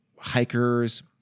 hikers